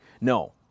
No